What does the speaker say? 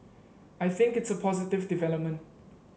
I think it's a positive development